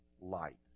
light